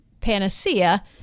panacea